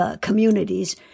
communities